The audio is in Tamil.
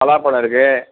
பலாப்பழம் இருக்குது